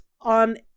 on